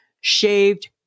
shaved